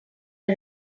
are